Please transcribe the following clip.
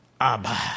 Abba